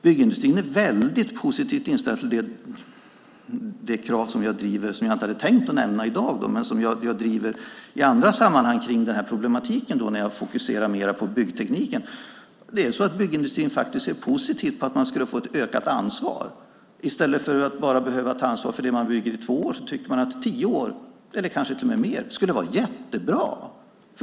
Byggindustrin är väldigt positivt inställd till de krav som jag driver och som jag inte hade tänkt nämna i dag men som jag driver i andra sammanhang kring denna problematik när jag fokuserar mer på byggtekniken. Byggindustrin ser faktiskt positivt på att få ett ökat ansvar. I stället för att bara behöva ta ansvar i två år för det som man bygger tycker man att tio år eller kanske till och mer skulle vara jättebra.